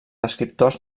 escriptors